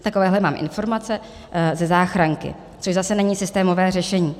Takovéhle mám informace ze záchranky, což zase není systémové řešení.